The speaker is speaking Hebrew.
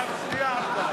חבר הכנסת ארדן,